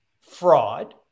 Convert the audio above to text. fraud